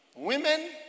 Women